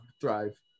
thrive